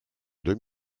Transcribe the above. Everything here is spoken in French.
deux